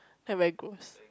I very gross